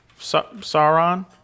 Sauron